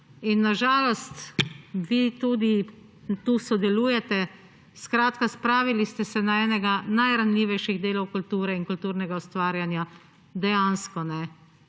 in na žalost vi tudi tukaj sodelujete. Skratka, spravili ste se na enega najranljivejših delov kulture in kulturnega ustvarjanja dejansko